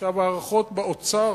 עכשיו, ההערכות באוצר,